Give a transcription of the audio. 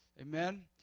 Amen